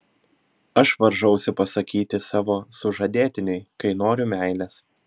aš varžausi pasakyti savo sužadėtiniui kai noriu meilės